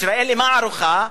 ישראל, למה ערוכה?